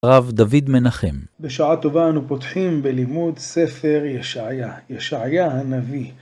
רב דוד מנחם, בשעה טובה אנו פותחים בלימוד ספר ישעיה, ישעיה הנביא.